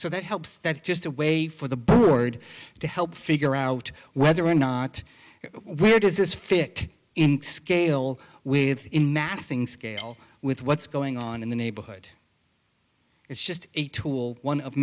so that helps that's just a way for the board to help figure out whether or not where does this fit in scale within massing scale with what's going on in the neighborhood it's just a tool one of